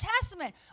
Testament